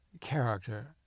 character